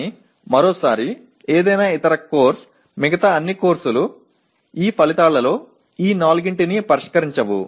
కానీ మరోసారి ఏదైనా ఇతర కోర్సు మిగతా అన్ని కోర్సులు ఈ ఫలితాలలో ఈ నాలుగింటిని పరిష్కరించవు